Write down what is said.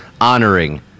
honoring